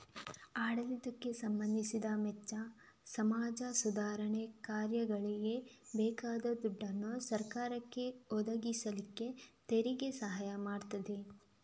ಆಡಳಿತಕ್ಕೆ ಸಂಬಂಧಿಸಿದ ವೆಚ್ಚ, ಸಮಾಜ ಸುಧಾರಣೆ ಕಾರ್ಯಗಳಿಗೆ ಬೇಕಾದ ದುಡ್ಡನ್ನ ಸರಕಾರಕ್ಕೆ ಒದಗಿಸ್ಲಿಕ್ಕೆ ತೆರಿಗೆ ಸಹಾಯ ಮಾಡ್ತದೆ